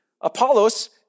Apollos